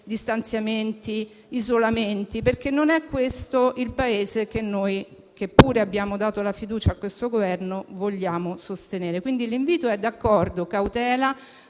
distanziamenti e isolamenti, perché non è questa l'idea di Paese che noi, che pure abbiamo dato la fiducia a questo Governo, vogliamo sostenere. Siamo d'accordo, quindi,